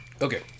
Okay